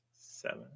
seven